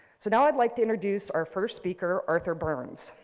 so now, i'd like to introduce our first speaker, arthur burns.